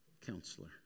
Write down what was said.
counselor